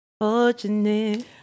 fortunate